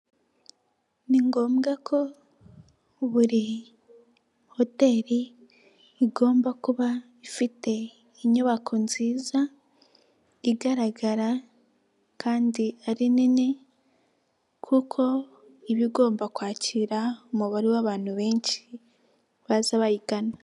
Ni ngombwa ko buri hoteri igomba kuba ifite inyubako nziza igaragara, kandi ari nini, kuko iba igomba kwakira umubare w'abantu benshi baza bayigana.